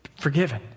Forgiven